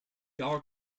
are